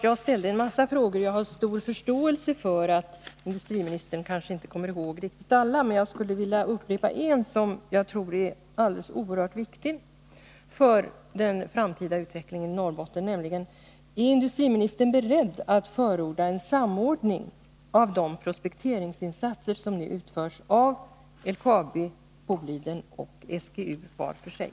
Jag ställde en massa frågor, och jag har stor förståelse för att industriministern kanske inte kommer ihåg riktigt alla. Men jag skulle vilja upprepa en som jag tror är oerhört viktig för den framtida utvecklingen i Norrbotten: Är industriministern beredd att förorda en samordning av de prospekteringsinsatser som nu utförs av LKAB, Boliden och SGU var för sig?